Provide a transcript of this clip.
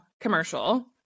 commercial